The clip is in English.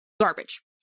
garbage